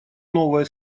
новое